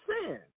sin